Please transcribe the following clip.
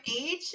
age